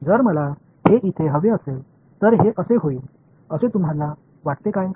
जर मला हे इथे हवे असेल तर हे असे होईल असे तुम्हाला वाटते काय